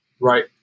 Right